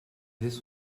this